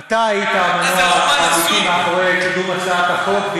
אתה היית המנוע האמיתי מאחורי הצעת החוק,